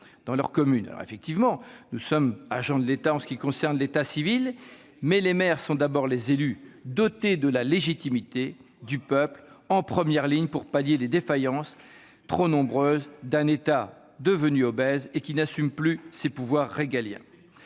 de leurs fonctions ! Effectivement, les maires sont des agents de l'État en ce qui concerne l'état civil, mais ils sont d'abord les élus dotés de la légitimité du peuple, en première ligne pour pallier les défaillances trop nombreuses d'un État devenu obèse qui n'assume plus ses pouvoirs régaliens.